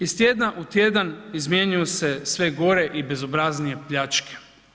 Iz tjedna u tjedan izmjenjuju se sve gore i bezobraznije pljačke.